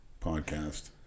podcast